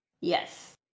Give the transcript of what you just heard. Yes